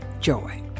joy